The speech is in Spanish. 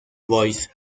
boys